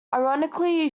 ironically